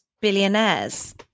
billionaires